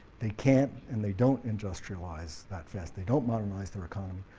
they can't and they don't industrialize that fast, they don't modernize their economy.